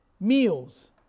meals